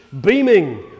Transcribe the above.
beaming